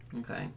Okay